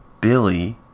Billy